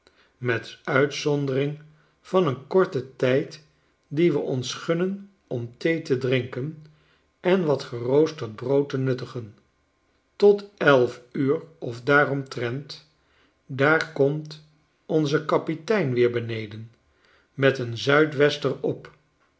met uitzondering van een korten tijd dien we ons gunnen om thee te drinken en wat geroosterd brood te nuttigen tot elf uur of daaromtrent daar komt onze kapitein weer beneden met een zuidwester op